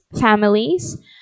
families